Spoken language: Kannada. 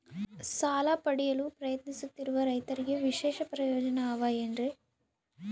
ಸಾಲ ಪಡೆಯಲು ಪ್ರಯತ್ನಿಸುತ್ತಿರುವ ರೈತರಿಗೆ ವಿಶೇಷ ಪ್ರಯೋಜನ ಅವ ಏನ್ರಿ?